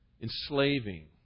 enslaving